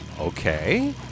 Okay